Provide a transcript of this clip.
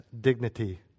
dignity